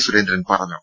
സുരേന്ദ്രൻ പറഞ്ഞു